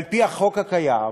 על-פי החוק הקיים,